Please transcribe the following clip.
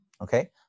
Okay